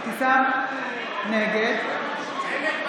נגד עידית סילמן,